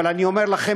אבל אני אומר לכם,